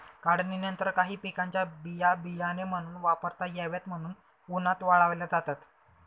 काढणीनंतर काही पिकांच्या बिया बियाणे म्हणून वापरता याव्यात म्हणून उन्हात वाळवल्या जातात